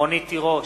רונית תירוש,